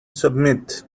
submit